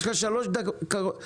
יש לך שלוש דקות,